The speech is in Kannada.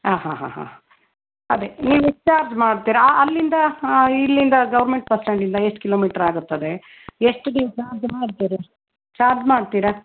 ಹಾಂ ಹಾಂ ಹಾಂ ಹಾಂ ಅದೇ ನೀವು ಎಷ್ಟು ಚಾರ್ಜ್ ಮಾಡ್ತೀರಾ ಅಲ್ಲಿಂದ ಇಲ್ಲಿಂದ ಗವರ್ನ್ಮೆಂಟ್ ಬಸ್ಟ್ಯಾಂಡಿಂದ ಎಷ್ಟು ಕಿಲೋಮೀಟರ್ ಆಗುತ್ತದೆ ಎಷ್ಟು ನೀವು ಚಾರ್ಜ್ ಮಾಡ್ತೀರಾ